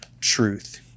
truth